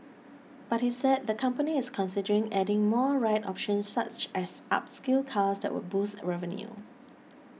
but he said the company is considering adding more ride options such as upscale cars that would boost revenue